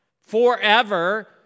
forever